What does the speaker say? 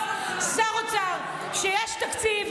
מה זה קשור שלאנשים לא יהיו כבישים,